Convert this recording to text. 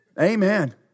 Amen